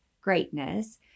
greatness